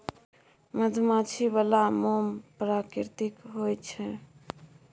मधुमाछी बला मोम प्राकृतिक होए छै